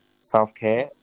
self-care